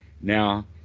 Now